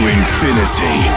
infinity